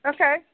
Okay